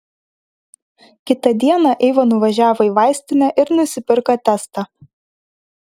kitą dieną eiva nuvažiavo į vaistinę ir nusipirko testą